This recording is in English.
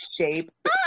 shape